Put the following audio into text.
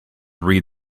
read